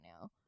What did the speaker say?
now